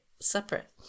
separate